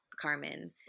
Carmen